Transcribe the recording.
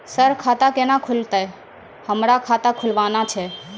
Sir खाता केना खुलतै, हमरा खाता खोलवाना छै?